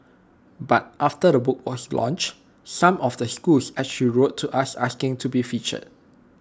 but after the book was launched some of the schools actually wrote to us asking to be featured